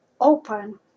open